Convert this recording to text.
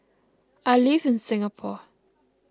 I live in Singapore